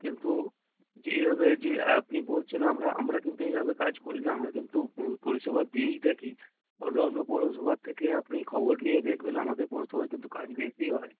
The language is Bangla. কিন্তু যেইভাবে যে আপনি বলছেন আমরা আমরা কিন্তু এইভাবে কাজ করি না আমরা কিন্তু পরিষেবা দিয়েই থাকি পরে অন্য পৌরসভার থেকে আপনি খবর নিয়ে দেখবেন আমাদের পৌরসভায় কিন্তু কাজ বেশি হয়